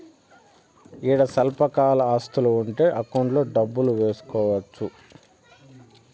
ఈడ స్వల్పకాల ఆస్తులు ఉంటే అకౌంట్లో డబ్బులు వేసుకోవచ్చు